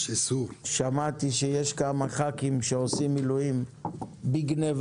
שמעתי שיש כמה ח"כים שעושים מילואים בגניבה,